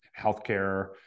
healthcare